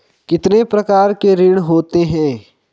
कितने प्रकार के ऋण होते हैं?